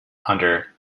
under